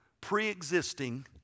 pre-existing